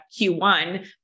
Q1